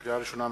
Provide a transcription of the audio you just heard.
לקריאה ראשונה,